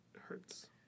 hurts